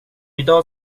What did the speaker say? idag